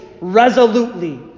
resolutely